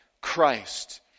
Christ